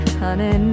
honey